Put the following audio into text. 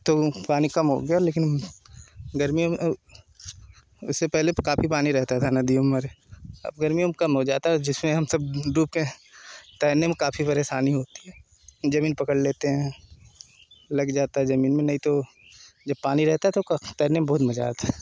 अब तो पानी कम हो गया है लेकिन गर्मियों में इससे पहले काफी पानी रहता था नदियों में हमारे अब गर्मियों में कम हो जाता है जिसमें हम सब डूब के तैरने में काफी परेशानी होती है जमीन पकड़ लेते हैं लग जाता है जमीन में नहीं तो जब पानी रहता था तो तैरने में बहुत मज़ा आता है